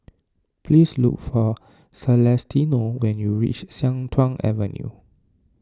please look for Celestino when you reach Sian Tuan Avenue